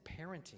parenting